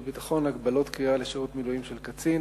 ביטחון (הגבלות קריאה לשירות מילואים של קצין,